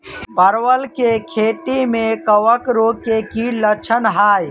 परवल केँ खेती मे कवक रोग केँ की लक्षण हाय?